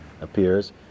appears